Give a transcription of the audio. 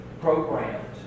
programmed